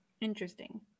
Interesting